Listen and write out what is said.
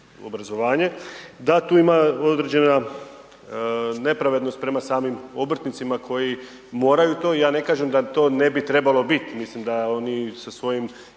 da tu ima određena nepravednost prema samim obrtnicima koji moraju to. Ja ne kažem da to ne bi trebalo biti, mislim da oni sa svojom